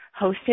hosted